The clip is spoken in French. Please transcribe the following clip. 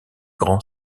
grand